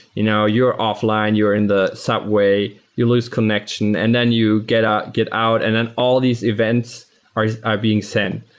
you know you're offline. you're in the subway. you lose connection and then you get out get out and all these events are are being sent.